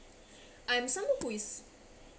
I'm someone who is